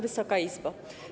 Wysoka Izbo!